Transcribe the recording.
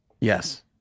Yes